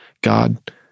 God